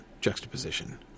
juxtaposition